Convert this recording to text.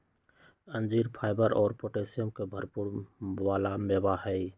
अंजीर फाइबर और पोटैशियम के भरपुर वाला मेवा हई